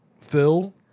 Phil